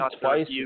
twice